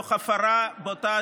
תוך הפרה בוטה,